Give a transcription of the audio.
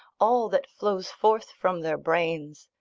all that flows forth from their brains.